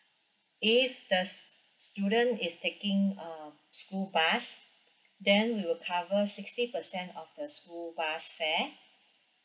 if the student is taking a school bus then we will cover sixty percent of the school bus fare